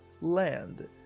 land